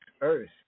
earth